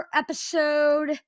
episode